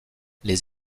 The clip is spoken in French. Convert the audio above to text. les